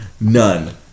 none